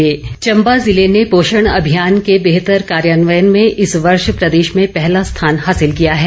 पोषण अभियान चम्बा ज़िले ने पोषण अभियान के बेहतर कार्यान्वयन में इस वर्ष प्रदेश में पहला स्थान हासिल किया है